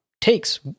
takes